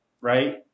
right